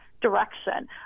direction